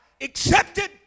accepted